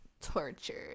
tortured